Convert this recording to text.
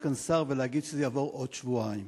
כאן שר ולומר שזה יעבור בעוד שבועיים.